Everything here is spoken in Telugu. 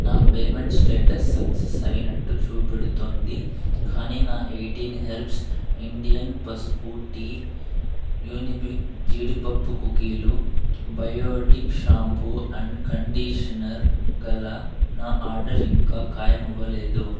నా పేమెంట్ స్టేటస్ సక్సెస్ అయినట్టు చూపెడుతోంది కాని నా ఎయిటీన్ హెర్బ్స్ ఇండియన్ పసుపు టీ యునీబిక్ జీడిపప్పు కుకీలు బయోటిక్ షాంపూ అండ్ కండిషనర్ గల నా ఆర్డర్ ఇంకా ఖాయమవ్వలేదు